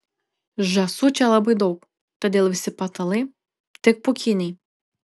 žąsų čia labai daug todėl visi patalai tik pūkiniai